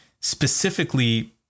specifically